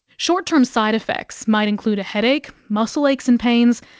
short-term side-effects might include a headache, muscle aches and pains,